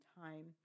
time